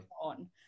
on